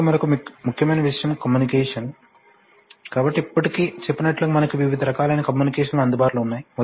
చివరగా మరొక ముఖ్యమైన విషయం కమ్యూనికేషన్ కాబట్టి ఇప్పటికే చెప్పినట్లుగా మనకు వివిధ రకాలైన కమ్యూనికేషన్లు అందుబాటులో ఉన్నాయి